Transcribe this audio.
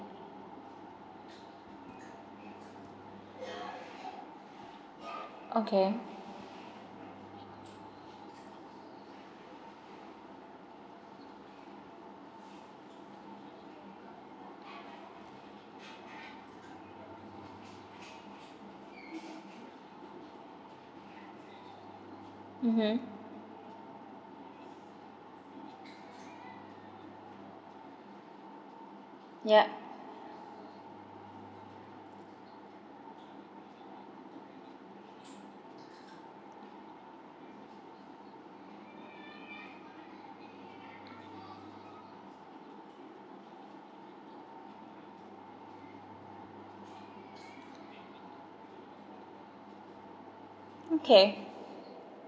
okay mmhmm yup okay